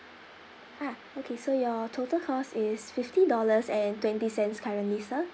ah okay so your total cost is fifty dollars and twenty cents currently sir